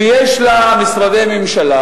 ויש לה משרדי ממשלה,